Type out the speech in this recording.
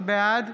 בעד